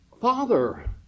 father